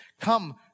Come